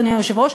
אדוני היושב-ראש.